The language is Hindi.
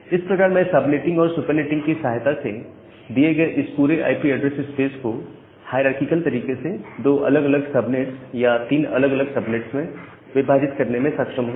इस प्रकार मैं सबनेटिंग और सुपरनेटिंग की सहायता से दिए गए इस पूरे आईपी ऐड्रेस स्पेस को हायरारकिकल तरीके से दो अलग अलग सब नेट्स या तीन अलग अलग सब नेट्स में विभाजित करने में सक्षम हूं